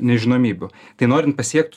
nežinomybių tai norint pasiekt